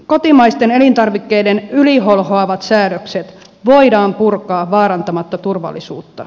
kotimaisten elintarvikkeiden yliholhoavat säädökset voidaan purkaa vaarantamatta turvallisuutta